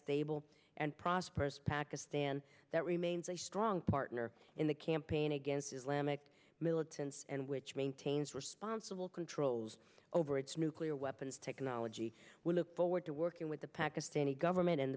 stable and prosperous pakistan that remains a strong partner in the campaign against islamic militants and which maintains responsible controls over its nuclear weapons take ology we look forward to working with the pakistani government and